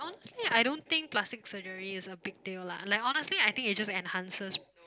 honestly I don't think plastic surgery is a big deal lah like honestly I think it just enhances